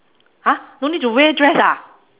!huh! don't need to wear dress ah